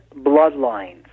bloodlines